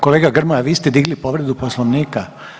Kolega Grmoja vi ste dignuli povredu Poslovnika?